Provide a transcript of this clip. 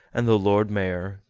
and the lord mayor,